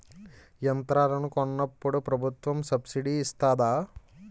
యంత్రాలను కొన్నప్పుడు ప్రభుత్వం సబ్ స్సిడీ ఇస్తాధా?